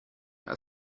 are